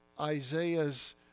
Isaiah's